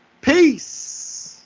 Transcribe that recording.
Peace